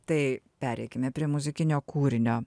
tai pereikime prie muzikinio kūrinio